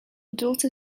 daughter